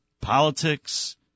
politics